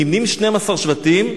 נמנים 12 שבטים,